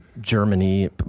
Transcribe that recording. Germany